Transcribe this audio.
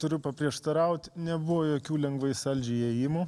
turiu paprieštaraut nebuvo jokių lengvai saldžiai įėjimų